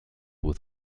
with